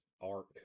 Ark